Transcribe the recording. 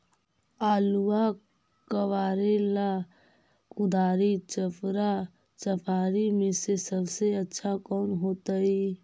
आलुआ कबारेला कुदारी, चपरा, चपारी में से सबसे अच्छा कौन होतई?